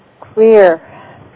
Clear